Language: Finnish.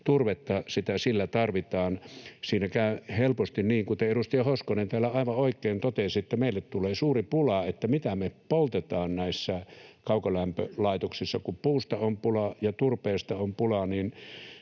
turvetta, sillä sitä tarvitaan. Siinä käy helposti niin, kuten edustaja Hoskonen täällä aivan oikein totesi, että meille tulee suuri pula siitä, mitä me poltetaan näissä kaukolämpölaitoksissa. Kun puusta on pulaa ja turpeesta on pulaa, niin